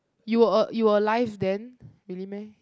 you were a~ you alive then really meh